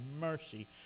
mercy